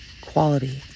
quality